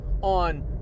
on